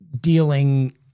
dealing